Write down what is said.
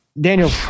Daniel